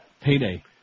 Payday